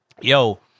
yo